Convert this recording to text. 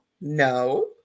no